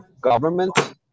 government